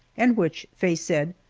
and which, faye said,